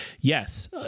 yes